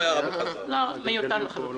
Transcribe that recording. זה מיותר לחלוטין.